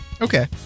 Okay